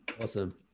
Awesome